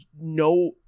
no